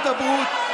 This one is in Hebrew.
הידברות.